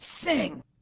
Sing